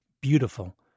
beautiful